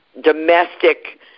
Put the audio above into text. domestic